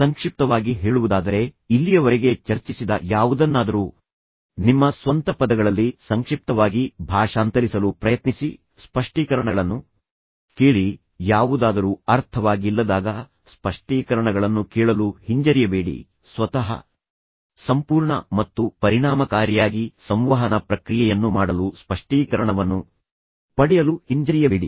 ಸಂಕ್ಷಿಪ್ತವಾಗಿ ಹೇಳುವುದಾದರೆ ಇಲ್ಲಿಯವರೆಗೆ ಚರ್ಚಿಸಿದ ಯಾವುದನ್ನಾದರೂ ನಿಮ್ಮ ಸ್ವಂತ ಪದಗಳಲ್ಲಿ ಸಂಕ್ಷಿಪ್ತವಾಗಿ ಭಾಷಾಂತರಿಸಲು ಪ್ರಯತ್ನಿಸಿ ಸ್ಪಷ್ಟೀಕರಣಗಳನ್ನು ಕೇಳಿರಿ ಯಾವುದಾದರೂ ಅರ್ಥವಾಗಿಲ್ಲದಾಗ ಸ್ಪಷ್ಟೀಕರಣಗಳನ್ನು ಕೇಳಲು ಹಿಂಜರಿಯಬೇಡಿ ಸ್ವತಃ ಸಂಪೂರ್ಣ ಮತ್ತು ಪರಿಣಾಮಕಾರಿಯಾಗಿ ಸಂವಹನ ಪ್ರಕ್ರಿಯೆಯನ್ನು ಮಾಡಲು ಸ್ಪಷ್ಟೀಕರಣವನ್ನು ಪಡೆಯಲು ಹಿಂಜರಿಯಬೇಡಿ